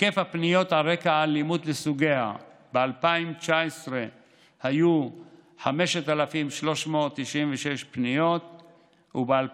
היקף הפניות על רקע אלימות לסוגיה: ב-2019 היו 5,396 פניות וב-2020,